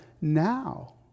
now